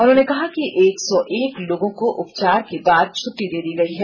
उन्होंने कहा कि एक सौ एक लोगों को उपचार के बाद छुट्टी दे दी गई है